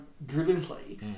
brilliantly